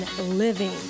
living